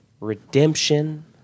redemption